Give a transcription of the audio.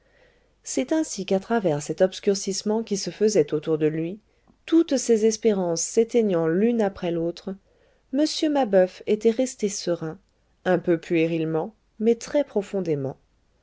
c'est ainsi qu'à travers cet obscurcissement qui se faisait autour de lui toutes ses espérances s'éteignant l'une après l'autre m mabeuf était resté serein un peu puérilement mais très profondément